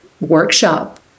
workshop